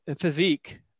physique